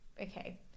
Okay